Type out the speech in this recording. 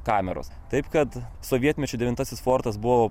kameros taip kad sovietmečiu devintasis fortas buvo